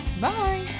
Bye